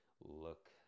look